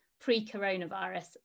pre-coronavirus